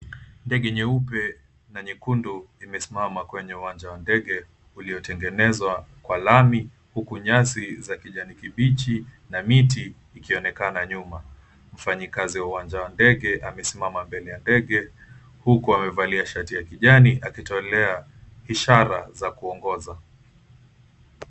Ndege nyeupe na nyekundu imesimama kwenye uwanja wa ndege uliotengenezwa kwa lami, huku nyasi za kijani kibichi na miti vikionekana nyuma. Mfanyikazi wa uwanja wa ndege amesimama mbele ya ndege huku amevalia shati ya kijani akitolea ishara za kuongoza.